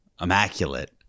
immaculate